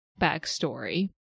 backstory